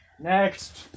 Next